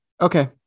Okay